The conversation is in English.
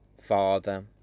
Father